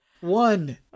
One